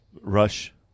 rush